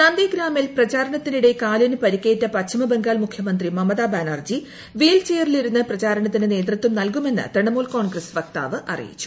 നന്ദിഗ്രാമിൽ പ്രചാരണത്തിനിടെ കാലിന് പരിക്കേറ്റ പശ്ചിമബംഗാൾ മുഖ്യമന്ത്രി മമതാ ബാനർജി വീൽ ചെയറിലിരുന്ന് പ്രചരണത്തിന് നേതൃത്വം നൽകുമെന്ന് തൃണമൂൽ കോൺഗ്രസ് വക്താവ് അറിയിച്ചു